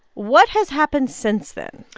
what has happened since then?